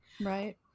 right